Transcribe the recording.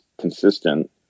consistent